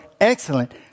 excellent